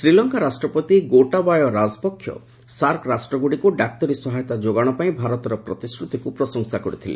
ଶ୍ରୀଲଙ୍କା ରାଷ୍ଟ୍ରପତି ଗୋଟାବୟ ରାଜପକ୍ଷ ସାର୍କ ରାଷ୍ଟ୍ରଗୁଡ଼ିକୁ ଡାକ୍ତରୀ ସହାୟତା ଯୋଗାଣ ପାଇଁ ଭାରତର ପ୍ରତିଶ୍ରତିକୁ ପ୍ରଶଂସା କରିଥିଲେ